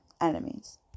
enemies